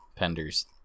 Penders